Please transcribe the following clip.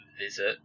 visit